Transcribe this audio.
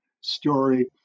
story